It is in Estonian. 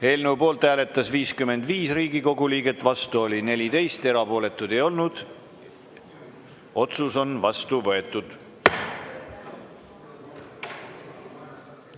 Eelnõu poolt hääletas 55 Riigikogu liiget, vastu oli 14, erapooletuid ei olnud. Otsus on vastu võetud.